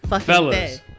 fellas